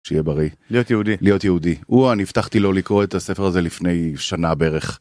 שיהיה בריא להיות יהודי להיות יהודי הוא אני הבטחתי לו לקרוא את הספר הזה לפני שנה בערך.